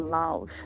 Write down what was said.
love